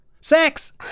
Sex